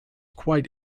quite